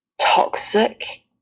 toxic